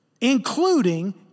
including